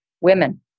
women